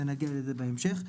אנחנו נגיע לזה בהמשך.